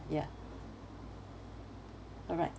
ya alright